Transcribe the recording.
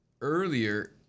earlier